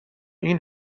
این